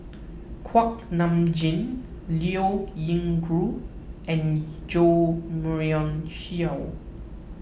Kuak Nam Jin Liao Yingru and Jo Marion Seow